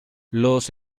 los